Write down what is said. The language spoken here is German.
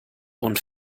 und